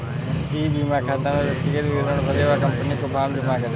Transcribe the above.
ई बीमा खाता में व्यक्तिगत विवरण भरें व कंपनी को फॉर्म जमा करें